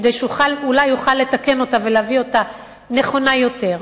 כדי שאולי אוכל לתקן אותה ולהביא אותה נכונה יותר.